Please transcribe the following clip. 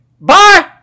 bye